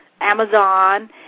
Amazon